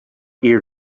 ear